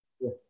Yes